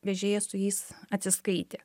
vežėjas su jais atsiskaitė